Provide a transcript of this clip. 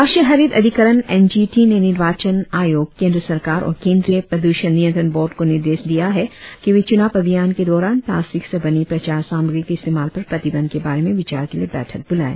राष्ट्रीय हरित अधिकरण एनजीटी ने निर्वाचन आयोग केंद्र सरकार और केंद्रीय प्रदूषण नियंत्रण बोर्ड को निर्देश दिया है कि वे चुनाव अभियान के दौरान प्लास्टिक से बनी प्रचार सामग्री के इस्तेमाल पर प्रतिबंध के बारे में विचार के लिए बैठक बुलाए